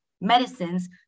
medicines